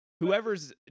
whoever's